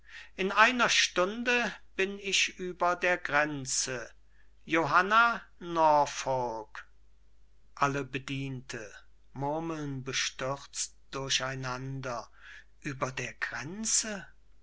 in einer stunde bin ich über der grenze johanna norfolk alle bedienten murmeln bestürzt durcheinander über der grenze